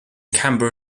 camber